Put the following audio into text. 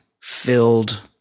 filled